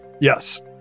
Yes